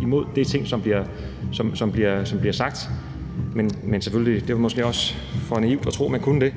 imod de ting, der bliver sagt, men det var måske for naivt at tro, at man kunne det.